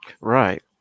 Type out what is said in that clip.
right